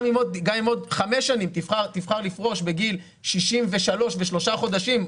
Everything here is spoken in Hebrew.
גם אם עוד חמש שנים תבחר לפרוש בגיל 63 ושלושה חודשים,